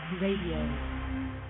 Radio